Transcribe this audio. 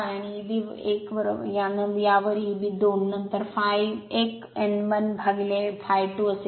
आणि Eb 1 यावर Eb 2 नंतर ∅1 n 1 ∅ 2 असेल